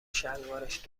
شلوارش